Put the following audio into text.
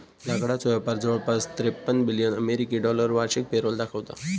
लाकडाचो व्यापार जवळपास त्रेपन्न बिलियन अमेरिकी डॉलर वार्षिक पेरोल दाखवता